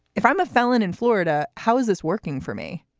if i'm a felon in florida, how is this working for me?